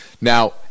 Now